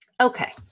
Okay